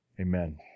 Amen